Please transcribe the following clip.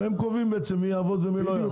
הם קובעים בעצם מי יעבוד ומי לא יעבוד.